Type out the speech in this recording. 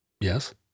Yes